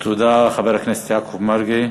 תודה, חבר הכנסת יעקב מרגי.